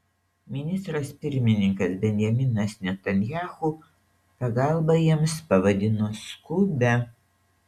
ministras pirmininkas benjaminas netanyahu pagalbą jiems pavadino skubia